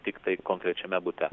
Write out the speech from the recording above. tiktai konkrečiame bute